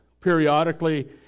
periodically